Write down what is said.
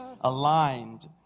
aligned